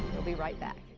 we'll be right back.